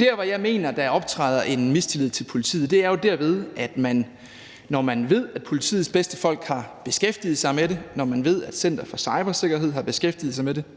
Der, hvor jeg mener der optræder en mistillid til politiet, er jo, når man ved, at politiets bedste folk har beskæftiget sig med det; når man ved, at Center for Cybersikkerhed har beskæftiget sig med det,